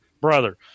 brother